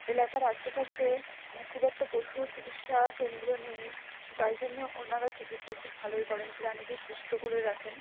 এলাকার আশেপাশে খুব একটা পশু চিকিৎসা কেন্দ্র নেই তাই জন্য ওনারা চিকিৎসা খুব ভালোই করেন প্রাণীদের সুস্থ করে রাখেন